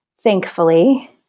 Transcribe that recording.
thankfully